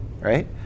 right